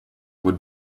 would